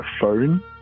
phone